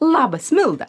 labas milda